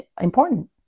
important